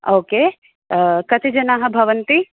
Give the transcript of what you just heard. okay कति जनाः भवन्ति